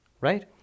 right